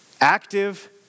active